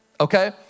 okay